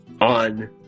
on